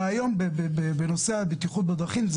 היום זה לא כך בנושא הבטיחות בדרכים.